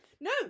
No